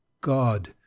god